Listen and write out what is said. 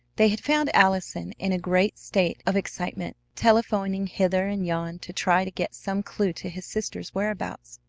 they had found allison in a great state of excitement, telephoning hither and yon to try to get some clew to his sister's whereabouts.